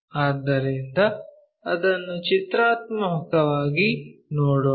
ಆದ್ದರಿಂದ ಅದನ್ನು ಚಿತ್ರಾತ್ಮಕವಾಗಿ ನೋಡೋಣ